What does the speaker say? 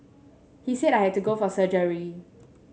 he said I had to go for surgery